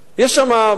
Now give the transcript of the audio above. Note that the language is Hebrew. יש שם בניינים.